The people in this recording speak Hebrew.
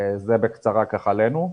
זה בקצרה ככה עלינו.